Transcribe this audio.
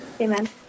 Amen